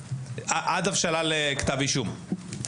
עד הבשלה לכתב אישום.